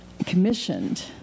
commissioned